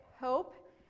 hope